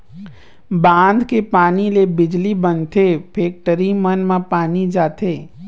बांध के पानी ले बिजली बनथे, फेकटरी मन म पानी जाथे